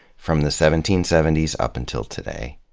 from the seventeen seventy s, up until today.